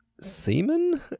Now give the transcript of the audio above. semen